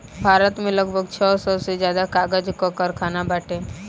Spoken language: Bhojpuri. भारत में लगभग छह सौ से ज्यादा कागज कअ कारखाना बाटे